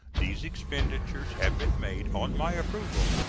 these expenditures have been made on my approval.